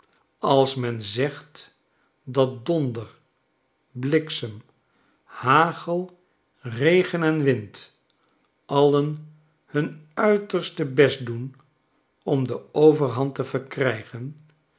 als men zegt dat donder bliksem hagel regen en wind alien hun uiterste best doen om de overhand te verkrijgen